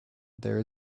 there